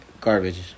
garbage